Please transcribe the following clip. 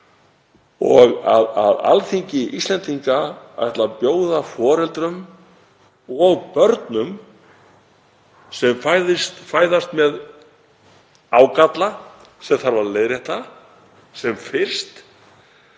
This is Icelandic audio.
Að Alþingi Íslendinga ætli að bjóða foreldrum og börnum sem fæðist fæðast með ágalla sem þarf að leiðrétta sem fyrst,